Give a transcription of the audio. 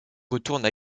retourne